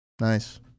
Nice